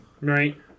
Right